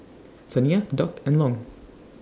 Saniya Doc and Long